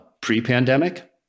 pre-pandemic